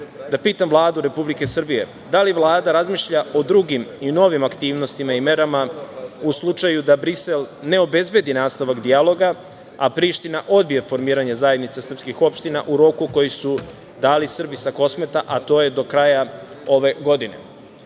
da pitam Vladu Republike Srbije - da li Vlada razmišlja o drugim i novim aktivnostima i merama u slučaju da Brisel ne obezbedi nastavak dijaloga, a Priština odbije formiranje Zajednice srpskih opština u roku koji su dali Srbi sa Kosmeta, a to je do kraja ove godine?